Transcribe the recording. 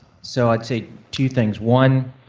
so i'd say two things, one,